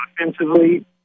offensively